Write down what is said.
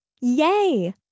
Yay